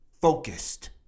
focused